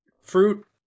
fruit